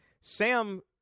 Sam